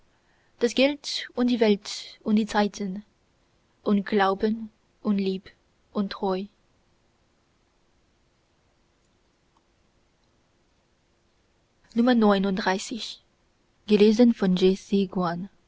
das geld und die welt und die zeiten und glauben und lieb und treu